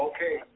Okay